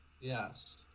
Yes